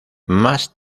más